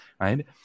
right